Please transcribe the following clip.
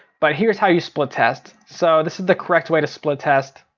but here's how you split test. so this is the correct way to split test.